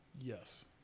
yes